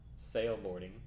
sailboarding